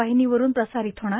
वाहिनीवरून प्रसारित होणार